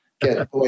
Get